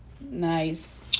Nice